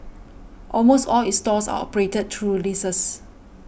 almost all its stores are operated through leases